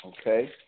Okay